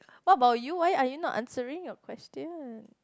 what about you why are you not answering your questions